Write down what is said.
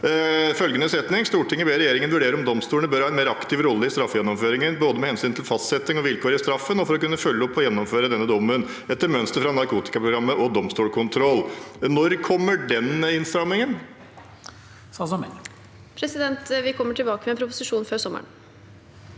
«Stortinget ber regjeringen vurdere om domstolen bør ha en mer aktiv rolle i straffegjennomføringen både med hensyn til fastsetting av vilkår i straffen og for å kunne følge opp gjennomføringen av denne, etter mønster fra narkotikaprogram med domstolskontroll.» Når kommer den innstrammingen? Statsråd Emilie Mehl Vi kommer tilba- ke med proposisjonen før sommeren.